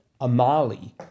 Amali